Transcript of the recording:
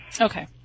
Okay